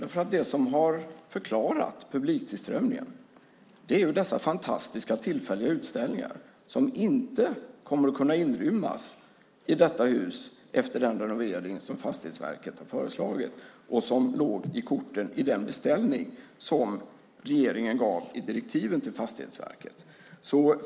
Det som har förklarat publiktillströmningen är ju dessa fantastiska tillfälliga utställningar, som inte kommer att kunna inrymmas i huset efter den renovering som Fastighetsverket har föreslagit. Det låg ju också i korten i den beställning som regeringen gav i direktiven till Fastighetsverket.